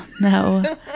No